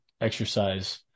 exercise